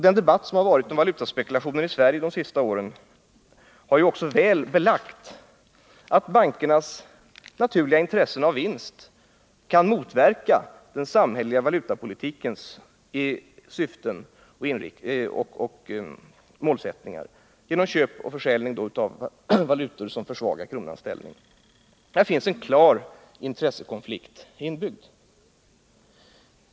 Den debatt om valutaspekulationer i Sverige som har förts under de senaste åren har också väl belagt att bankernas naturliga intressen av vinst kan motverka den samhälleliga valutapolitikens syften och målsättningar genom köp och försäljning av valutor som försvagar kronans ställning. Här finns en klar intressekonflikt inbyggd.